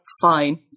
fine